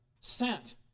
sent